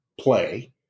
play